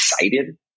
excited